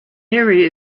area